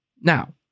Now